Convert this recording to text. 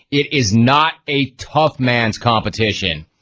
it is not a tough man's competition.